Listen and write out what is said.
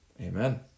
Amen